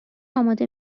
آماده